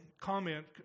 comment